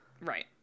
right